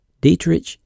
Dietrich